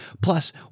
Plus